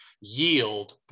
yield